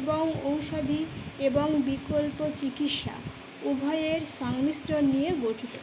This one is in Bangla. এবং ঔষধি এবং বিকল্প চিকিৎসা উভয়ের সংমিশ্রণ নিয়ে গঠিত